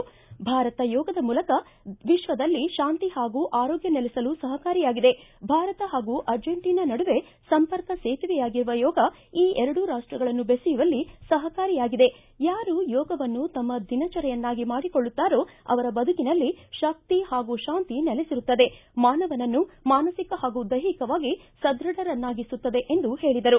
ಭಾರತ ಯೋಗದ ಮೂಲಕ ವಿಶ್ವದಲ್ಲಿ ಶಾಂತಿ ಹಾಗೂ ಆರೋಗ್ಯ ನೆಲೆಸಲು ಸಹಕಾರಿಯಾಗಿದೆ ಭಾರತ ಹಾಗೂ ಅರ್ಜೈಂಟನಾ ನಡುವೆ ಸಂಪರ್ಕ ಸೇತುವೆಯಾಗಿರುವ ಯೋಗ ಈ ಎರಡೂ ರಾಷ್ಟಗಳನ್ನು ಬೆಸೆಯುವಲ್ಲಿ ಸಹಕಾರಿಯಾಗಿದೆ ಯಾರು ಯೋಗವನ್ನು ತಮ್ಮ ದಿನಚರಿಯನ್ನಾಗಿ ಮಾಡಿಕೊಳ್ಳುತ್ತಾರೋ ಅವರ ಬದುಕಿನಲ್ಲಿ ಶಕ್ತಿ ಹಾಗೂ ಶಾಂತಿ ನೆಲೆಸಿರುತ್ತದೆ ಮಾನವನನ್ನು ಮಾನಸಿಕ ಹಾಗೂ ದೈಹಿಕವಾಗಿ ಸಧ್ವಢನನ್ನಾಗಿಸುತ್ತದೆ ಎಂದು ಹೇಳಿದರು